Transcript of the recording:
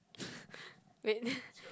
wait